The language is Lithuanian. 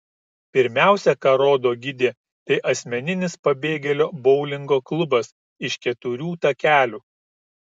pirmiausia ką rodo gidė tai asmeninis pabėgėlio boulingo klubas iš keturių takelių